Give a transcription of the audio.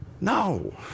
No